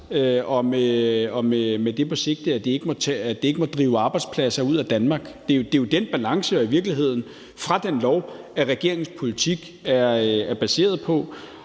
med det sigte, at det ikke må drive arbejdspladser ud af Danmark. Det er jo den balance og i virkeligheden den lov, regeringens politik er baseret på.